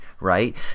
right